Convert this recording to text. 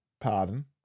Pardon